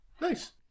Nice